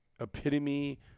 epitome